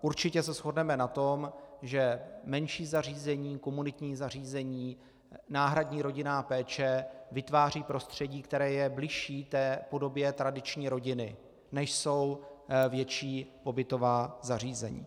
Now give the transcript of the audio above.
Určitě se shodneme na tom, že menší zařízení, komunitní zařízení, náhradní rodinná péče vytváří prostředí, které je bližší té podobě tradiční rodiny, než jsou větší pobytová zařízení.